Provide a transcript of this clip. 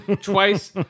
Twice